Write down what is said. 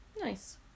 Nice